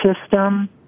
system